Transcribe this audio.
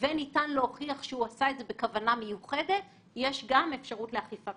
אני לא חושב שיש כאן מישהו שמבקש לזלזל בעניין הזה.